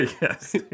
Yes